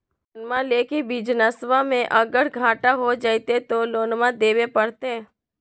लोनमा लेके बिजनसबा मे अगर घाटा हो जयते तो लोनमा देवे परते?